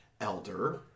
Elder